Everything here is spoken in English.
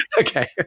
Okay